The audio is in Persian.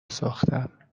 ساختم